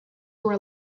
were